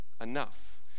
enough